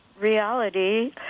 reality